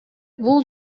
бул